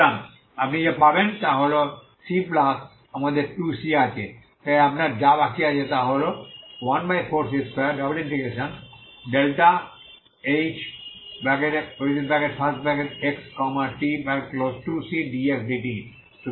সুতরাং আপনি যা পাবেন তা হল c প্লাস আমাদের 2c আছে তাই আপনার যা বাকি আছে তা হল 14c2∬∆hxt 2c dx dt